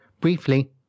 Briefly